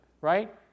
right